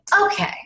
okay